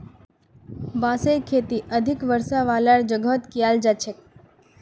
बांसेर खेती अधिक वर्षा वालार जगहत कियाल जा छेक